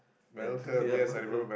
and ya Malcolm